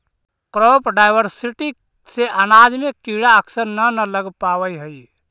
crop diversity से अनाज में कीड़ा अक्सर न न लग पावऽ हइ